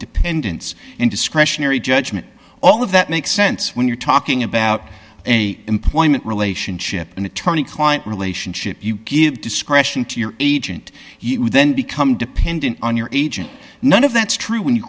dependence and discretionary judgment all of that makes sense when you're talking about a employment relationship an attorney client relationship you give discretion to your agent then become dependent on your agent none of that's true when you